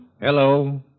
Hello